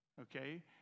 Okay